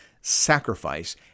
sacrifice